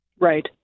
Right